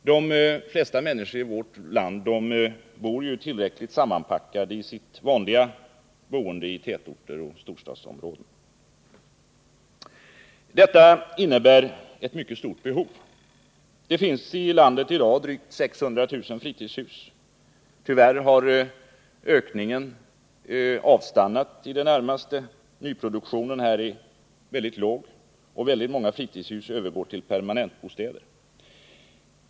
De flesta människor i vårt land bor ju tillräckligt sammanpackade i sitt vanliga boende i tätorter och storstadsområden. Detta innebär ett mycket stort behov. Det finns i landet i dag drygt 600 000 fritidshus. Tyvärr har ökningen avstannat i Sverige; nyproduktionen är väldigt låg och många fritidshus övergår till permanentbostäder.